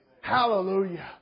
Hallelujah